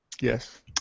Yes